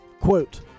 quote